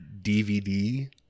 DVD